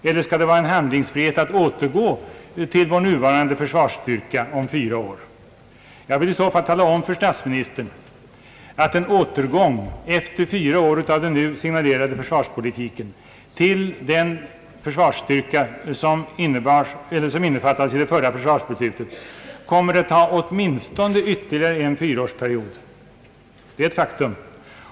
Bör det inte vara en handlingsfrihet som också kan göra det möjligt att återgå till vår nuvarande försvarsstyrka om fyra år? Jag vill i så fall tala om för statsministern, att en återgång efter fyra år av den nu signalerade försvarspolitiken till den försvarsstyrka, som innefattas i det förra försvarsbeslutet, kommer att ta åtminstone ytterligare en fyraårsperiod. Det är ett faktum.